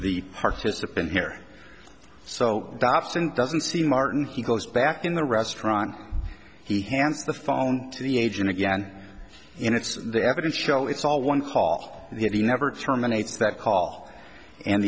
the participant here so babson doesn't see martin he goes back in the restaurant he hands the phone to the agent again and it's the evidence show it's all one call and he never terminates that call and